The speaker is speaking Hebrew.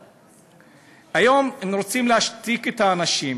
היום הם רוצים להשתיק את האנשים,